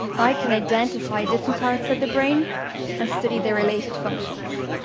i can identify different parts of the brain and study their related functions.